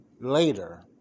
later